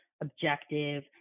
objective